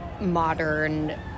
modern